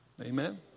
Amen